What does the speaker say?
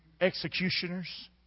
executioners